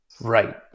Right